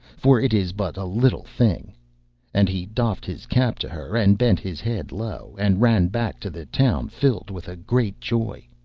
for it is but a little thing and he doffed his cap to her, and bent his head low, and ran back to the town filled with a great joy.